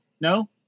No